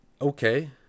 okay